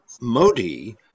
Modi